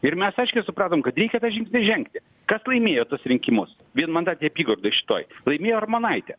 ir mes aiškiai supratom kad reikia tą žingsnį žengti kas laimėjo tuos rinkimus vienmandatėj apygardoj šitoj laimėjo armonaitė